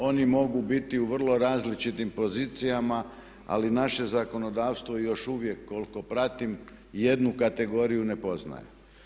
Oni mogu biti u vrlo različitim pozicijama ali naše zakonodavstvo još uvijek koliko pratim jednu kategoriju ne poznaje.